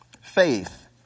faith